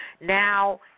now